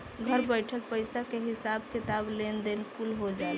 घर बइठल पईसा के हिसाब किताब, लेन देन कुल हो जाला